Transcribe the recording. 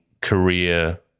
career